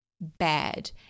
bad